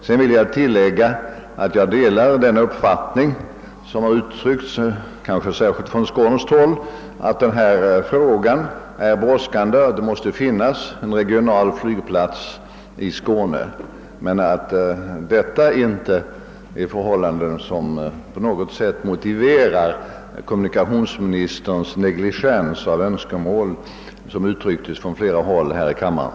Jag vill tilllägga att jag delar uppfattningen, som uttryckts kanske särskilt från skånskt håll, att flygplatsproblemet är brådskande och att det måste finnas en regional flygplats i Skåne. Men detta motiverar inte på något sätt kommunikationsministerns negligerande av önskemål som uttryckts av flera ledamöter här i kammaren.